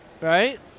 Right